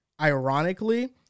ironically